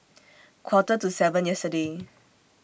Quarter to seven yesterday